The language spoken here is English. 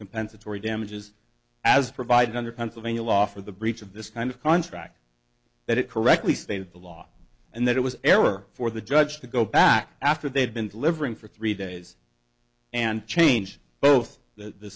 compensatory damages as provided under pennsylvania law for the breach of this kind of contract that it correctly stated the law and that it was error for the judge to go back after they had been delivering for three days and change both the